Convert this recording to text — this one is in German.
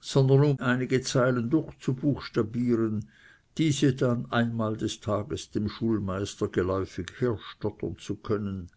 sondern um einige zeilen durchzubuchstabieren diese dann einmal des tages dem schulmeister geläufig herstottern zu können